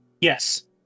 Yes